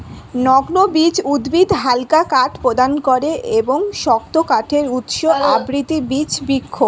নগ্নবীজ উদ্ভিদ হালকা কাঠ প্রদান করে এবং শক্ত কাঠের উৎস আবৃতবীজ বৃক্ষ